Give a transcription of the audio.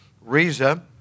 Riza